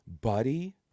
buddy